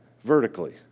vertically